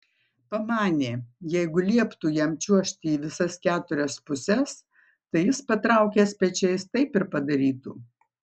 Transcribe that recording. pamanė jeigu lieptų jam čiuožti į visas keturias puses tai jis patraukęs pečiais taip ir padarytų